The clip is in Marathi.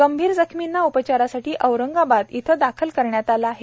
गंभीर जखमींना उपचारांसाठी औरंगाबाद इथं दाखल करण्यात आलं आहे